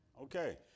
Okay